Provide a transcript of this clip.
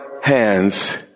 hands